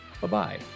Bye-bye